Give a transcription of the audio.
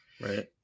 Right